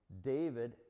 David